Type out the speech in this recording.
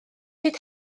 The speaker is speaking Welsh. hyd